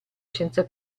senza